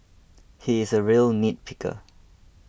he is a real nitpicker